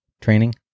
training